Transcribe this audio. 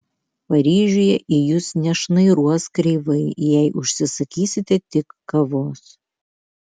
paryžiuje į jus nešnairuos kreivai jei užsisakysite tik kavos